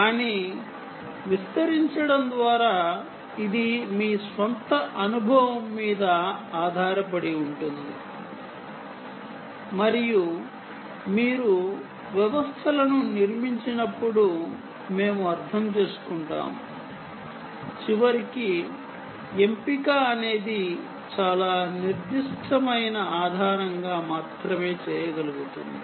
కానీ విస్తరించడం ద్వారా ఇది మీ స్వంత అనుభవం మీద ఆధారపడి ఉంటుంది మరియు మీరు వ్యవస్థలను నిర్మించినప్పుడు మేము అర్థం చేసుకుంటాము చివరికి ఎంపిక అనేది చాలా నిర్దిష్టమైన ఆధారంగా మాత్రమే చేయగలుగుతుంది